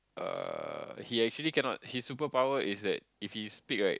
uh he actually cannot his superpower is that if he speak right